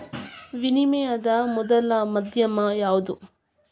ವಿನಿಮಯದ ಮೊದಲ ಮಾಧ್ಯಮ ಯಾವ್ದು